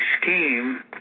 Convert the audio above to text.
scheme